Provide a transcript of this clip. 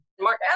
mark